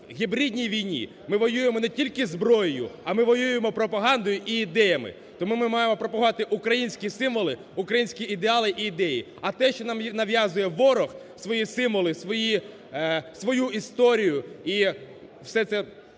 гібридній війні ми воюємо не тільки зброєю, а ми воюємо пропагандою і ідеями. Тому ми маємо пропагувати українські символи, українські ідеали і ідеї. А те, що нам нав'язує ворог: свої символи, свою історію – і все це